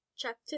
Chapter